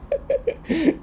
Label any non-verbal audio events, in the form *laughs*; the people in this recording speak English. *laughs*